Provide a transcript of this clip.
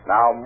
Now